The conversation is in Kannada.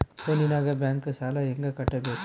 ಫೋನಿನಾಗ ಬ್ಯಾಂಕ್ ಸಾಲ ಹೆಂಗ ಕಟ್ಟಬೇಕು?